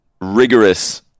Rigorous